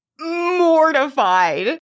mortified